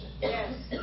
Yes